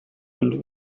into